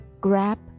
grab